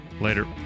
Later